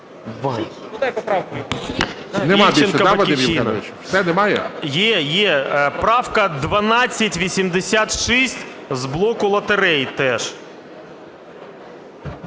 Є. Правка 1286, з блоку лотерей теж.